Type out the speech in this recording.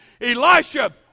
Elisha